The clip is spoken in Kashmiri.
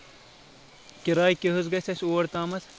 کراے کیاہ حظ گژھِ اَسہِ اور تامَتھ